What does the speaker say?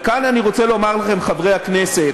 וכאן אני רוצה לומר לכם, חברי הכנסת: